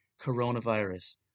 Coronavirus